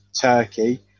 Turkey